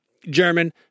German